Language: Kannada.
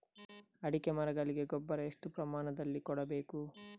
ಅಡಿಕೆ ಮರಗಳಿಗೆ ಗೊಬ್ಬರ ಎಷ್ಟು ಪ್ರಮಾಣದಲ್ಲಿ ಕೊಡಬೇಕು?